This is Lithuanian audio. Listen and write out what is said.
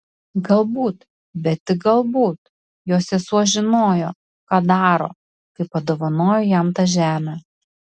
galbūt bet tik galbūt jo sesuo žinojo ką daro kai padovanojo jam tą žemę